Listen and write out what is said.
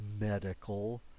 medical